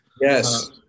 Yes